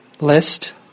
list